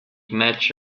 match